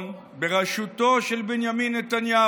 בגלל